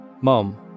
Mom